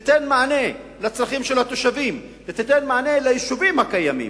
תיתן מענה לצרכים של התושבים ותיתן מענה ליישובים הקיימים,